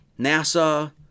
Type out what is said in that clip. NASA